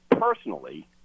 personally